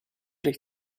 del